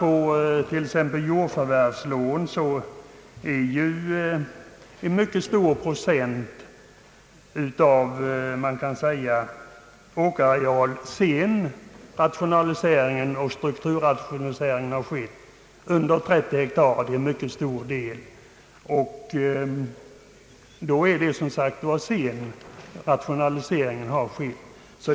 Så t.ex. har jordförvärvslån beviljats många jordbrukare vilkas åkerareal omfattar mindre än 30 hektar, sedan strukturrationalisering skett.